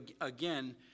again